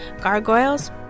Gargoyles